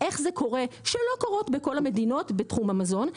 איך זה קורה שלא קורה בכל המדינות בתחום המזון,